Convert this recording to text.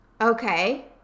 Okay